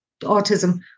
autism